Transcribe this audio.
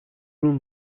room